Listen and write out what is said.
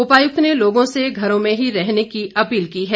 उपायुक्त ने लोगों से घरों में ही रहने की अपील की है